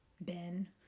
Ben